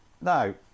now